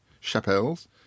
chapels